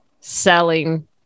selling